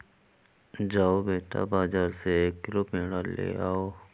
जाओ बेटा, बाजार से एक किलो पेड़ा ले आओ